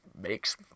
makes